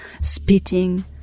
spitting